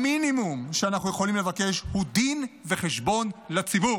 המינימום שאנחנו יכולים לבקש הוא דין וחשבון לציבור.